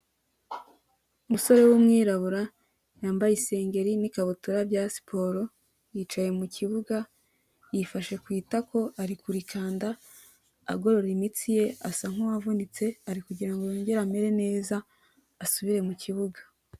Umusore w'umwirabura yambaye isengeri n'ikabutura bya siporo, yicaye mu kibuga, yifashe ku itako, ari kurikanda agorora imitsi ye, asa nk'uwavunitse, ari kugira ngo yongere amere neza, asubire mu kibuga.